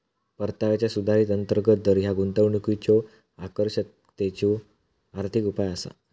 परताव्याचा सुधारित अंतर्गत दर ह्या गुंतवणुकीच्यो आकर्षकतेचो आर्थिक उपाय असा